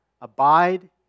abide